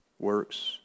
works